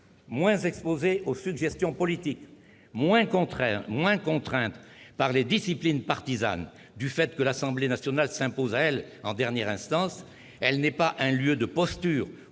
Moins exposée aux sujétions politiques, moins contrainte par les disciplines partisanes, du fait que l'Assemblée nationale s'impose à elle en dernière instance, elle n'est pas un lieu de postures